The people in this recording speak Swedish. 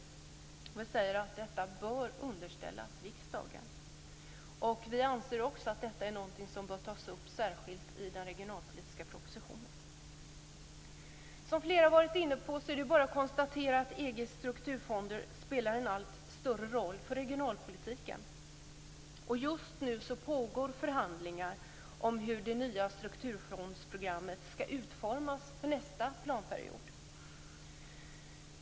Vi säger att detta bör underställas riksdagen. Vi anser också att detta är något som bör tas upp särskilt i den regionalpolitiska propositionen. Som flera har varit inne på är det bara att konstatera att EG:s strukturfonder spelar en allt större roll för regionalpolitiken. Just nu pågår förhandlingar om hur det nya strukturfondsprogrammet skall utformas för nästa planperiod.